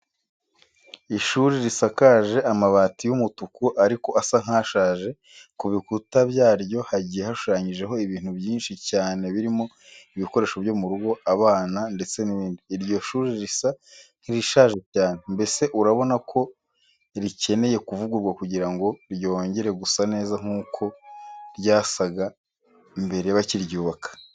Ishuri risakaje amabati y'umutuku ariko asa nk'ashaje, ku bikuta byaryo hagiye hashushanyijeho ibintu byinshi cyane birimo ibikoresho byo mu rugo, abana ndetse n'ibindi. Iryo shuri risa nk'irishaje cyane, mbese urabona ko rikeneye kuvugururwa kugira ngo ryongere gusa neza nkuko ryasaga mbere bakiryubaka.